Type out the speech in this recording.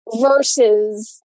versus